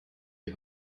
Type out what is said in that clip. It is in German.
die